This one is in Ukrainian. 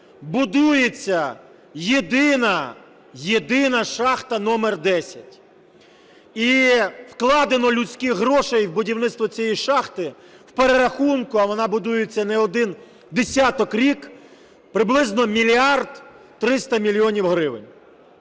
будується єдина шахта №10. І вкладено людських грошей в будівництво цієї шахти в перерахунку (а вона будується не один десяток років) приблизно 1 мільярд 300 мільйонів гривень.